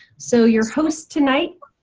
so your host tonight,